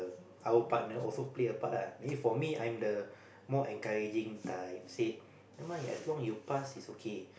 our partner also play a part ah for me I'm the more encouraging I said never mind as long as you pass is okay